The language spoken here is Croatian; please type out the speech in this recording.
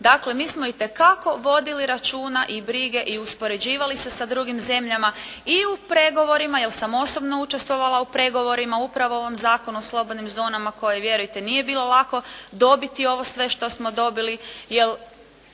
Dakle mi smo itekako vodili računa i brige i uspoređivali se sa drugim zemljama i u pregovorima, jer sam osobno učestvovala u pregovorima upravo o ovom zakonu o slobodnim zonama koje vjerujte nije bilo olako dobiti ovo sve što smo dobili. Jer